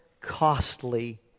costly